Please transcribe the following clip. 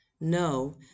no